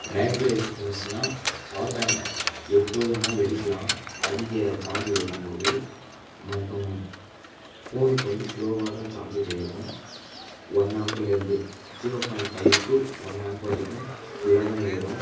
negative எக்ஸ்பீரியன்ஸ்னால் power bank எப்போது வேணாலும் வெடிக்கலாம் அதிக சார்ஜ் ஏறும் போது மற்றும் ஃபோனுக்கு வந்து ஸ்லோவாக தான் சார்ஜர் ஏறும் ஒன் ஆம்ப்லிருந்து zero point five two one amp வரைக்கும் ஃபுல்லாகதான் ஏறும்